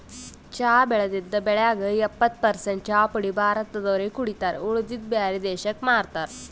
ಚಾ ಬೆಳದಿದ್ದ್ ಬೆಳ್ಯಾಗ್ ಎಪ್ಪತ್ತ್ ಪರಸೆಂಟ್ ಚಾಪುಡಿ ಭಾರತ್ ದವ್ರೆ ಕುಡಿತಾರ್ ಉಳದಿದ್ದ್ ಬ್ಯಾರೆ ದೇಶಕ್ಕ್ ಮಾರ್ತಾರ್